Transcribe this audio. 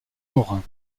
morin